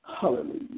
Hallelujah